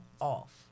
off